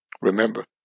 Remember